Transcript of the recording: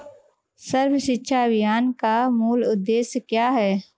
सर्व शिक्षा अभियान का मूल उद्देश्य क्या है?